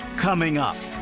coming up